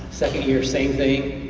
second year same thing.